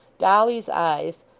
dolly's eyes,